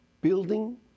Building